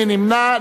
מי נמנע?